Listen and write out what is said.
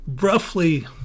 roughly